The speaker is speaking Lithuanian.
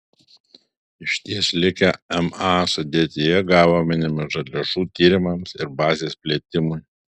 išties likę ma sudėtyje gavome nemaža lėšų tyrimams ir bazės plėtimui